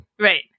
Right